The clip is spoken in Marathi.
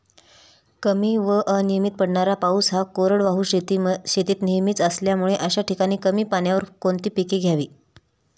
कमी व अनियमित पडणारा पाऊस हा कोरडवाहू शेतीत नेहमीचा असल्यामुळे अशा ठिकाणी कमी पाण्यावर कोणती पिके घ्यावी?